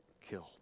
killed